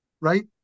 right